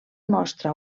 mostra